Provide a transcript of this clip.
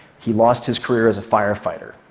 he lost his career as a firefighter.